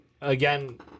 Again